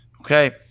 Okay